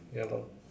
ya lor